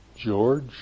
George